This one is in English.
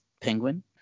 Penguin